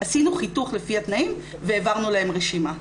עשינו חיתוך לפי התנאים והעברנו להם רשימה.